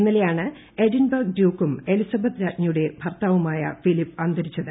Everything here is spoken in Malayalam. ഇന്നലെയാണ് എഡിൻബർഗ് ഡ്യൂക്കും കൃലിസബത്ത് രാജ്ഞിയുടെ ഭർത്താവുമായ ഫിലിപ്പ് അന്തരിച്ചത്